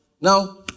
Now